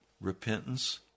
repentance